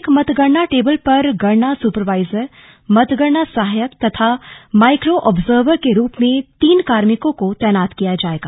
एक मतगणना टेबल पर गणना सुपरवाइजर मतगणना सहायक तथा माइक्रो आब्जर्बर के रूप में तीन कार्मिकों को तैनात किया जाएगा